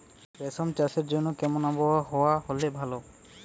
রেশম চাষের জন্য কেমন আবহাওয়া হাওয়া হলে ভালো?